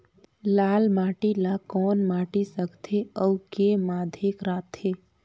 लाल माटी ला कौन माटी सकथे अउ के माधेक राथे?